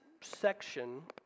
section